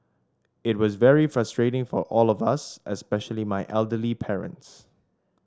it was very frustrating for all us especially my elderly parents